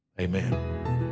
Amen